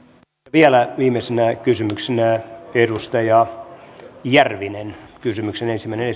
vielä viimeinen kysymys edustaja järvinen kysymyksen ensimmäinen